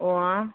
ꯑꯣ